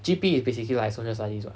G_P is basically like social studies [what]